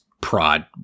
prod